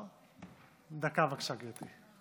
דקה, בבקשה, גברתי.